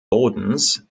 bodens